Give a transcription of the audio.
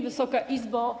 Wysoka Izbo!